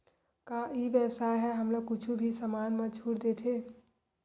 का ई व्यवसाय ह हमला कुछु भी समान मा छुट देथे?